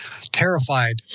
terrified